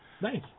Nice